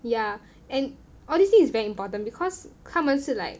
yeah and all these things is very important because 它们是 like